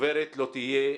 חוברת לא תהיה,